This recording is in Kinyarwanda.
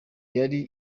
yari